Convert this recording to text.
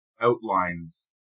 outlines